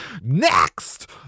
Next